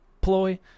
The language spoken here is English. ploy